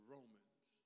Romans